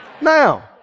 Now